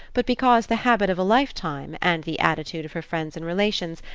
but because the habit of a life-time, and the attitude of her friends and relations,